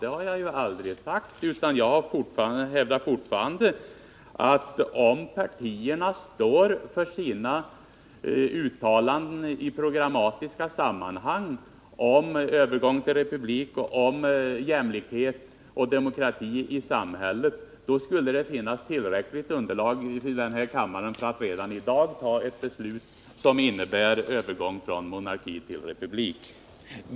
Det har jag aldrig sagt, utan jag hävdar fortfarande att det i denna kammare finns tillräckligt underlag för att redan i dag fatta beslut som innebär övergång från monarki till republik, om partierna står för sina uttalanden i programmatiska sammanhang om övergång till republik och om jämlikhet och demokrati i samhället.